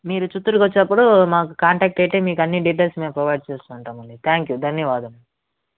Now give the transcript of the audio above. మీరు చిత్తూరుకొచ్చేటప్పుడు మాకు కాంటాక్ట్ అయితే మీకన్ని డీటెయిల్స్ మేము ప్రొవైడ్ చేస్తుంటాము థ్యాంక్ యు ధన్యవాదములు